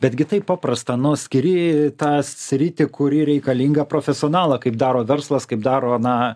betgi taip paprasta nu skiri tą sritį kuri reikalinga profesionalą kaip daro verslas kaip daro na